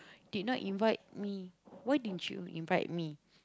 did not invite me why didn't you invite me